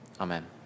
Amen